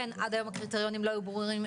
עד היום הקריטריונים לא היו ברורים,